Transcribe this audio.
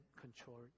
control